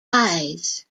eyes